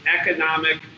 economic